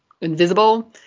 invisible